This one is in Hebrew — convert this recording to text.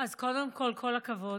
אז קודם כול, כל הכבוד.